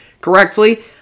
correctly